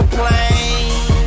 plane